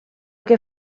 que